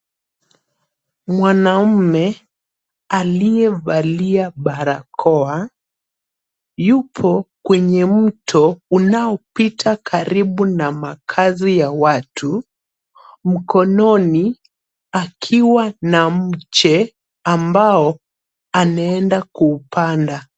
Mwanaume aliyevalia barakoa yupo kwenye mto unaopita karibu na makaazi ya watu. Mkononi akiwa na mche ambao anaenda kuupanda.